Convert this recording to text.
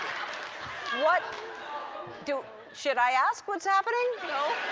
what do should i ask what's happening? no.